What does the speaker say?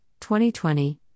2020